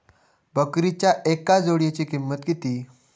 बकरीच्या एका जोडयेची किंमत किती?